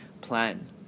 plan